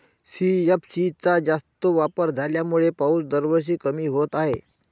CFC चा जास्त वापर झाल्यामुळे पाऊस दरवर्षी कमी होत आहे